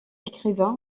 écrivain